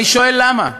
אני שואל: למה?